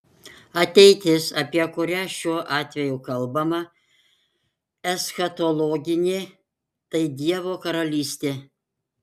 ateitis apie kurią šiuo atveju kalbama eschatologinė tai dievo karalystė